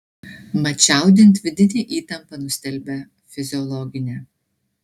mat čiaudint vidinę įtampą nustelbia fiziologinė